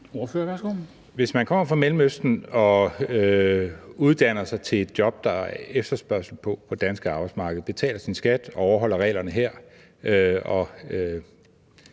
Hvis man kommer fra Mellemøsten og uddanner sig til et job, der er efterspørgsel på på det danske arbejdsmarked, betaler sin skat og overholder reglerne her